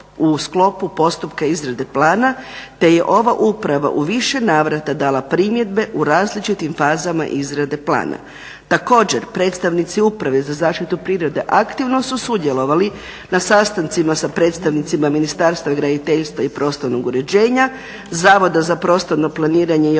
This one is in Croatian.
u sklopu postupka izrade plana, te je ova uprava u više navrata dala primjedbe u različitim fazama izrade plana. Također predstavnici uprave za zaštitu prirode aktivno su sudjelovali na sastancima sa predstavnicima Ministarstva graditeljstva i prostornog uređenja, Zavoda za prostorno planiranje i